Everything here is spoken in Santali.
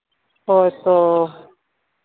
ᱦᱳᱭ ᱛᱚ